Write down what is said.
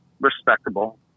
respectable